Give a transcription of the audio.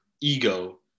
ego